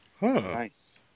Nice